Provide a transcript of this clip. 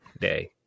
Day